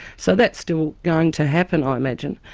so that's still going to happen i imagine.